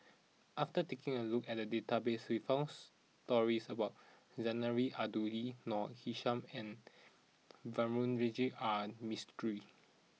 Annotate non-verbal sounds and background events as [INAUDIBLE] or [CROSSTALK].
after taking a look at the database we found stories about Zarinah Abdullah Noor Aishah and [UNINTELLIGIBLE] R Mistri